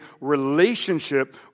relationship